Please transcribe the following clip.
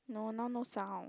no now no sound